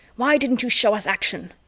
why didn't you show us action?